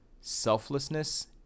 selflessness